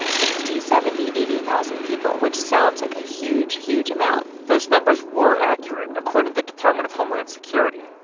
ah sixty, seventy, eighty thousand people, which sounds like a huge, huge amount those numbers were accurate, according to the department of homeland security.